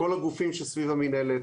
כל הגופים שסביב המנהלת,